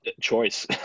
Choice